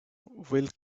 will